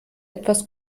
etwas